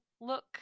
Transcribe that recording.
look